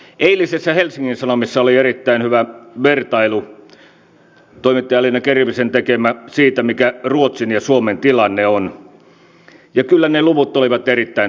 eilisessä helsingin sanomissa oli erittäin hyvä vertailu toimittaja elina kervisen tekemä siitä mikä ruotsin ja suomen tilanne on ja kyllä ne luvut olivat erittäin synkkiä